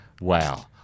Wow